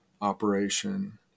operation